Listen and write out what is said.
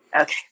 Okay